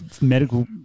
medical